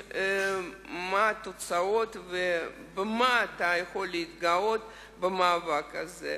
אני רוצה לשאול אותך: מה התוצאות ובמה אתה יכול להתגאות במאבק הזה?